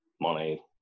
money